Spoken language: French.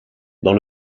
dans